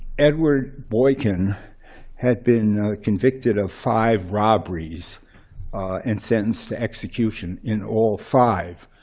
edward boykin had been convicted of five robberies and sentenced to execution in all five.